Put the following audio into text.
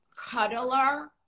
cuddler